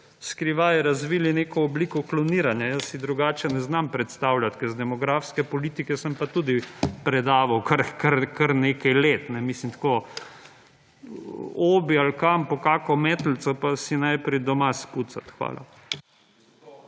skrivaj razvili neko obliko kloniranja. Jaz si drugače ne znam predstavljati, ker iz demografske politike sem pa tudi predaval kar nekaj let. Mislim tako v Obi ali kam po kakšno metlico, pa si naj **41. TRAK: